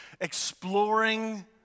exploring